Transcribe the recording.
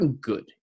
good